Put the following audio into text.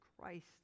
Christ